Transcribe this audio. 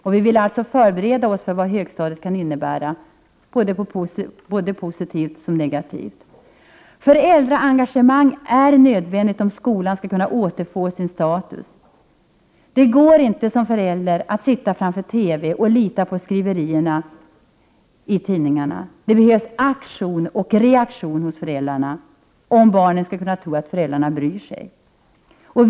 Därför vill vi förbereda oss inför vad högstadiet kan innebära, såväl positivt som negativt. Föräldraengagemang är nödvändigt om skolan skall kunna återfå sin status. Som förälder går det inte att sitta framför TV:n och lita på skriverierna i tidningarna. Det behövs aktion och reaktion hos föräldrarna, om barnen skall känna att föräldrarna bryr sig om dem.